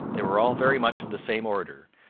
they were all very much of the same order,